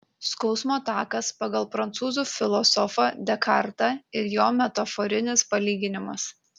skausmo takas pagal prancūzų filosofą dekartą ir jo metaforinis palyginimas